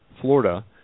Florida